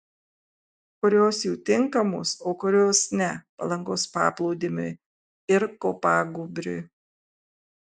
kurios jų tinkamos o kurios ne palangos paplūdimiui ir kopagūbriui